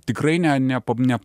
tikrai ne ne ne